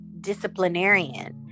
disciplinarian